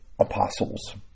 apostles